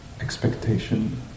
expectation